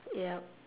ya